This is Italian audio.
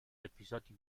episodi